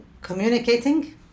communicating